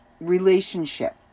relationship